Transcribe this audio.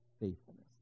faithfulness